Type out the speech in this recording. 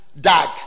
Dag